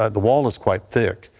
ah the wall is quite thick.